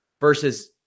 versus